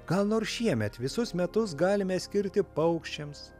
gal nors šiemet visus metus galime skirti paukščiams